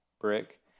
brick